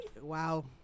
Wow